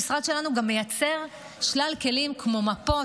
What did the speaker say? המשרד שלנו גם מייצר שלל כלים לרשויות,